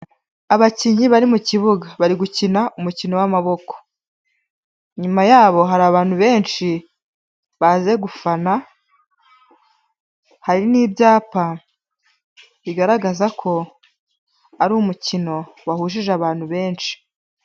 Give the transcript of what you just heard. Abakinnyi bari mu kibuga bari gukina umukino w'amaboko, nyuma yabo hari abantu benshi baje gufana, hari n'ibyapa bigaragaza ko ari umukino wahujije abantu benshi.